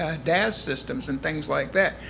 ah das systems and things like that.